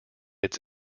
its